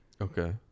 Okay